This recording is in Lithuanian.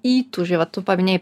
įtūžį va tu paminėjai